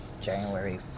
January